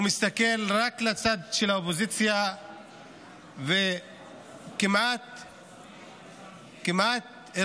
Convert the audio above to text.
הוא מסתכל רק לצד של האופוזיציה והרחיק כמעט את